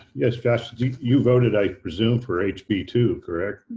yes josh, you voted, i presume, for h b two, correct?